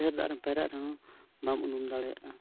ᱰᱷᱮᱹᱨ ᱫᱟᱜ ᱨᱮᱢ ᱯᱟᱭᱨᱟᱜ ᱨᱮᱦᱚᱸ ᱵᱟᱢ ᱩᱱᱩᱢ ᱫᱟᱲᱮᱭᱟᱜᱼᱟ